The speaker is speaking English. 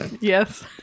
Yes